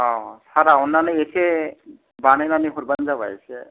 औ सारा अननानै ऐसे बानायनानै हरबानो जाबाय ऐसे